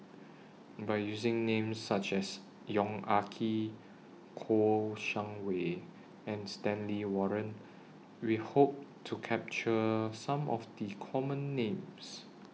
By using Names such as Yong Ah Kee Kouo Shang Wei and Stanley Warren We Hope to capture Some of The Common Names